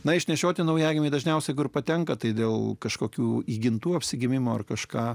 neišnešioti naujagimiai dažniausiai kur patenka tai dėl kažkokių įgimtų apsigimimų ar kažką